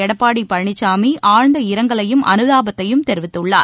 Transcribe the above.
எடப்பாடி பழனிசாமி ஆழ்ந்த இரங்கலையும் அனுதாபத்தையும் தெரிவித்துள்ளார்